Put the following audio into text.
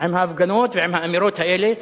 עם ההפגנות ועם האמירות האלה.